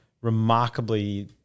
remarkably